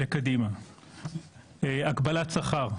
נקודה ראשונה הגבלת שכר.